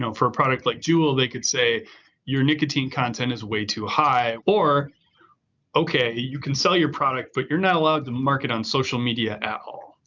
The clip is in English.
for a product like jewel, they could say your nicotine content is way too high or ok, you can sell your product, but you're not allowed to market on social media at all.